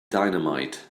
dynamite